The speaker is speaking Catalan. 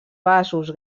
vasos